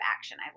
action